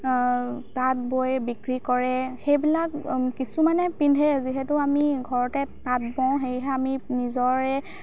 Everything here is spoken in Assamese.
তাঁত বৈ বিক্ৰী কৰে সেইবিলাক কিছুমানে পিন্ধে যিহেতু আমি ঘৰতে তাঁত বওঁ সেয়েহে আমি নিজৰে